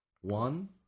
one